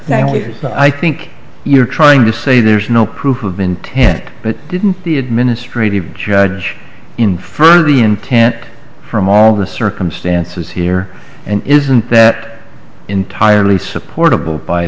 because i think you're trying to say there's no proof of intent but didn't the administrative judge infer the intent from all the circumstances here and isn't that entirely support